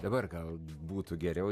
dabar gal būtų geriau